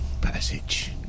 passage